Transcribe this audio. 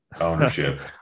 ownership